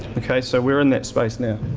so we're in that space now.